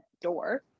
door